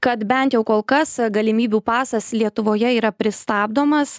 kad bent jau kol kas galimybių pasas lietuvoje yra pristabdomas